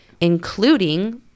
including